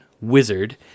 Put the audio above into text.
Wizard